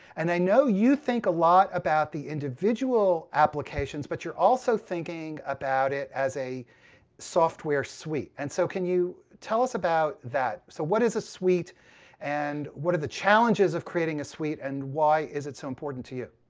and i know you think a lot about the individual applications, but you also thinking about it as a software suite. and so can you tell us about that? so what is a suite and what are the challenges of creating a suite and why is it so important to you?